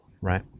right